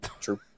True